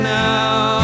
now